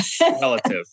relative